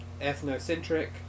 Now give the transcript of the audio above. ethnocentric